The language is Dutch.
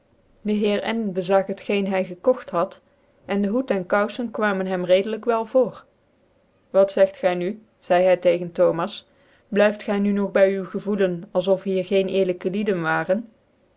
de heer n bezag het geen hy gekogt had cn de hoed cn koufen kwamen hem redelijk wel voor wat zegt gy nu zcidc hy tegen thomas blyfi gy nu nog by u gevoelen als of hier geen eerlijke lieden waren